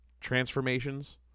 transformations